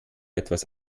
etwas